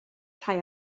rhai